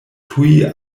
tuj